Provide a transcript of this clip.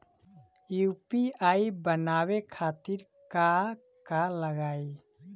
UPI बनावे खातिर का का लगाई?